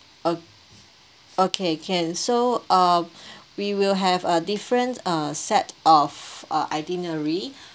o~ okay can so uh we will have a different uh set of uh itinerary